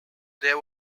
there